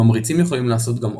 ממריצים יכולים לעשות גם OCD,